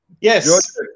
yes